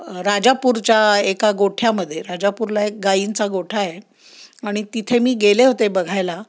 राजापूरच्या एका गोठ्यामध्ये राजापूरला एक गाईंचा गोठा आहे आणि तिथे मी गेले होते बघायला